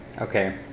Okay